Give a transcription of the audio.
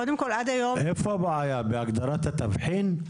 איפה הבעיה בהגדרת התבחין?